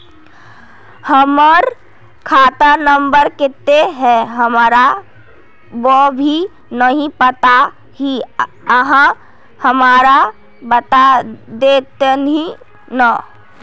हमर खाता नम्बर केते है हमरा वो भी नहीं पता की आहाँ हमरा बता देतहिन?